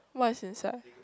what is inside